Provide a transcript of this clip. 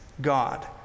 God